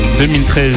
2013